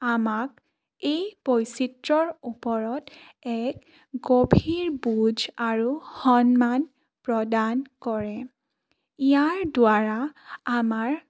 আমাক এই বৈচিত্ৰ্যৰ ওপৰত এক গভীৰ বুজ আৰু সন্মান প্ৰদান কৰে ইয়াৰ দ্বাৰা আমাৰ